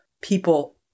people